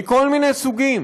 מכל מיני סוגים.